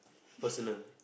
personal